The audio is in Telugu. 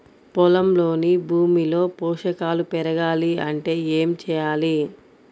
పొలంలోని భూమిలో పోషకాలు పెరగాలి అంటే ఏం చేయాలి?